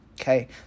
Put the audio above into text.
okay